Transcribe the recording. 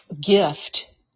gift